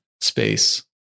space